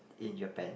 in Japan